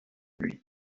lui